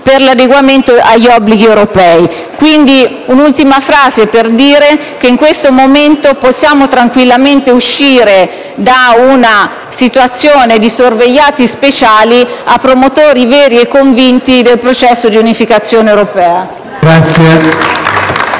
per l'adeguamento agli obblighi europei. Un'ultima considerazione. In questo momento possiamo tranquillamente uscire da una posizione di sorvegliati speciali per diventare promotori veri e convinti del processo di unificazione europea.